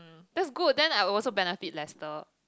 that's good then I'll also benefit Lester